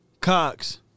Cox